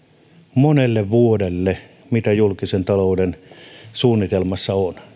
monelle vuodelle vähenevät rahat mitä julkisen talouden suunnitelmassa on